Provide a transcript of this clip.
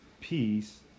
peace